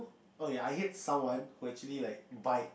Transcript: oh ya I hate someone who actually like bite